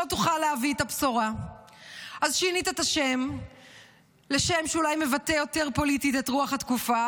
שלא תעשינה ידי אויבינו תושייה,